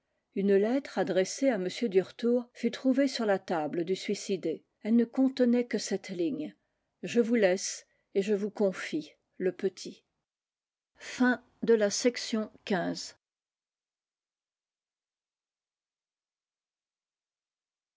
une lettre adressée à m duretour fut trouvée sur la table du suicidé elle ne contenait que cette ligne je vous laisse et je vous confie le petit